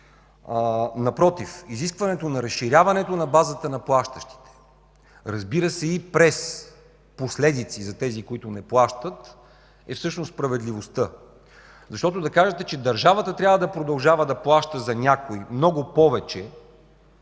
Напротив, изискването на разширяването на базата на плащащите, разбира се, и през последици за тези, които не плащат, е всъщност справедливостта. Защото да кажете, че държавата трябва да продължава да плаща за някой много повече,